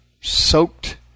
soaked